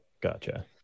gotcha